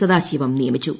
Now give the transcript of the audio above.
സദാശിവം നിയമിച്ചു